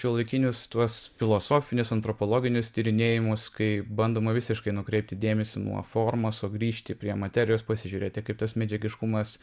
šiuolaikinius tuos filosofinius antropologinius tyrinėjimus kai bandoma visiškai nukreipti dėmesį nuo formos o grįžti prie materijos pasižiūrėti kaip tas medžiagiškumas